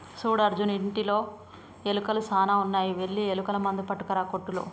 సూడు అర్జున్ ఇంటిలో ఎలుకలు సాన ఉన్నాయి వెళ్లి ఎలుకల మందు పట్టుకురా కోట్టులో